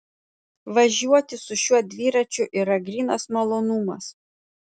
važiuoti su šiuo dviračiu yra grynas malonumas